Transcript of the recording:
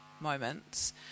moments